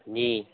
जी